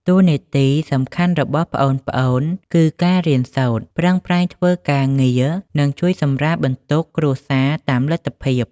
តួនាទីសំខាន់របស់ប្អូនៗ គឺការរៀនសូត្រ ប្រឹងប្រែងធ្វើការងារ និងជួយសម្រាលបន្ទុកគ្រួសារតាមលទ្ធភាព។